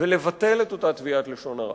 את אותה תביעת לשון הרע.